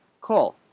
Call